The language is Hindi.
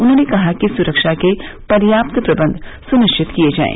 उन्होंने कहा कि सुरक्षा के पर्याप्त प्रबंध सुनिश्चित किये जाये